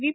V